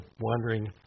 wondering